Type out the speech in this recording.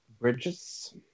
Bridges